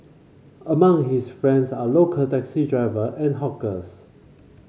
among his friends are local taxi driver and hawkers